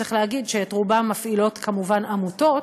וצריך להגיד שאת רובם מפעילות כמובן עמותות,